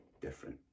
different